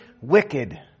wicked